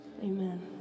amen